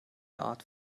art